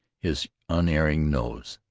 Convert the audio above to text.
his unerring nose,